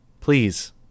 Please